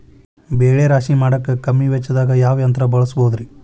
ಬೆಳೆ ರಾಶಿ ಮಾಡಾಕ ಕಮ್ಮಿ ವೆಚ್ಚದಾಗ ಯಾವ ಯಂತ್ರ ಬಳಸಬಹುದುರೇ?